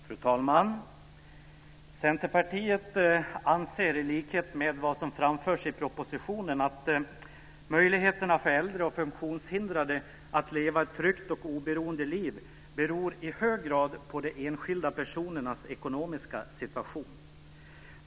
Fru talman! Centerpartiet anser, i likhet med vad som framförs i propositionen, att möjligheterna för äldre och funktionshindrade att leva ett tryggt och oberoende liv i hög grad beror på de enskilda personernas ekonomiska situation.